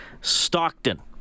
Stockton